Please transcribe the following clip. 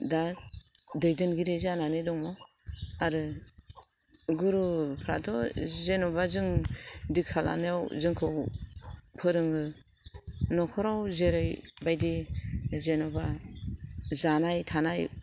दा दैदेनगिरि जानानै दङ आरो गुरुफ्राथ' जेनेबा जों दिखा लानायाव जोंखौ फोरोङो न'खराव जेरैबायदि जेनेबा जानाय थानाय